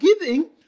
giving